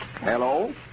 Hello